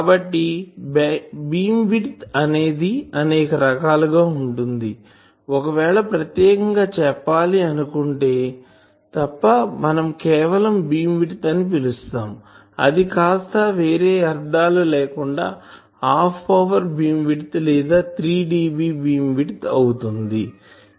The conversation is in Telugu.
కాబట్టి బీమ్ విడ్త్ అనేది అనేక రకాలు గా ఉంటుంది ఒకవేళ ప్రత్యేకం గా చెప్పాలి అనుకుంటే తప్ప మనం కేవలం బీమ్ విడ్త్ అని పిలుస్తాంఅది కాస్త వేరే ఏ అర్ధాలు లేకుండా హాఫ్ పవర్ బీమ్ విడ్త్ లేదా 3dB బీమ్ విడ్త్ అవుతుంది